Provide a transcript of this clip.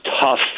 tough